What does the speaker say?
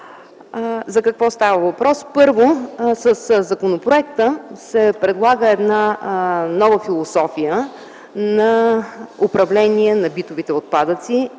За какво става въпрос? Първо, със законопроекта се предлага една нова философия на управление на битовите отпадъци,